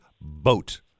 BOAT